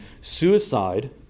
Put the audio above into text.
suicide